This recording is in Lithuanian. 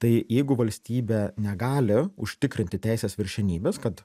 tai jeigu valstybė negali užtikrinti teisės viršenybės kad